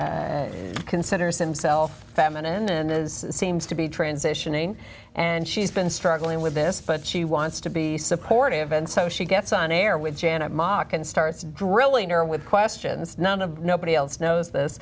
and considers himself feminine and is seems to be transitioning and she's been struggling with this but she wants to be supportive and so she gets on air with janet mock and starts drilling her with questions none of nobody else knows this